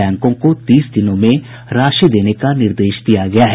बैंकों को तीस दिनों में राशि देने का निर्देश दिया गया है